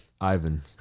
Ivan